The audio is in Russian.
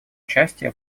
участие